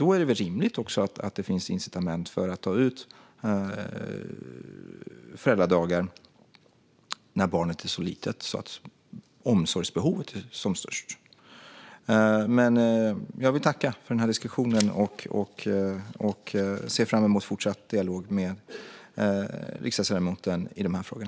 Då är det väl också rimligt att det finns incitament för att ta ut föräldradagar när barnet är litet och omsorgsbehovet är som störst. Jag vill tacka för den här diskussionen och ser fram emot fortsatt dialog med riksdagsledamoten i den här frågan.